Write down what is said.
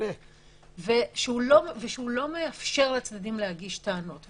ושהוא לא מאפשר לצדדים להגיש טענות.